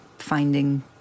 finding